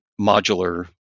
modular